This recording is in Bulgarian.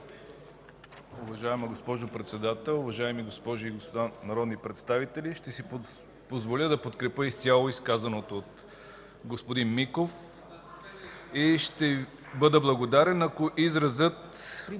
Уважаема госпожо Председател, уважаеми госпожи и господа народни представители! Ще си позволя да подкрепя изцяло изказаното от господин Миков и ще бъда благодарен, ако изразът